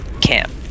camp